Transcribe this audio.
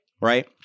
right